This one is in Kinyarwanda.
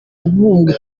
mubumbe